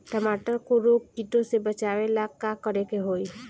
टमाटर को रोग कीटो से बचावेला का करेके होई?